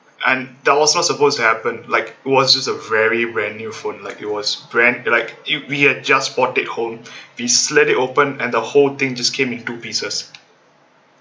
and that was not supposed to happen like it was just a very brand new phone like it was brand like it we have just brought it home we slid it open and the whole thing just came in two pieces